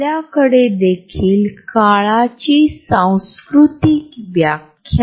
प्रत्येकाला स्वतःची वैयक्तिक जागा हवी आहे